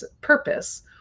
purpose